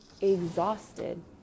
exhausted